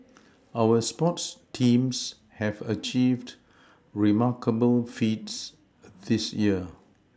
our sports teams have achieved remarkable feats this year